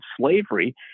slavery